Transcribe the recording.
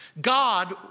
God